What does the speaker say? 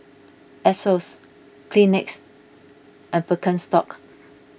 Asos Kleenex and Birkenstock